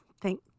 Thank